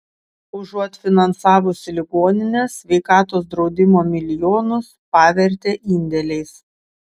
užuot finansavusi ligonines sveikatos draudimo milijonus pavertė indėliais